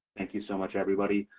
thank you so much everybody.